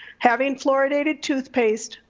having fluoridated toothpaste,